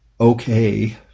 okay